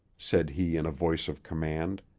said he in a voice of command.